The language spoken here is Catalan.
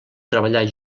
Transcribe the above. treballar